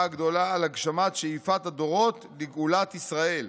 הגדולה על הגשמת שאיפת הדורות לגאולת ישראל.